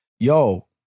Yo